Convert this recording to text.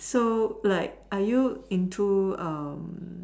so like are you into um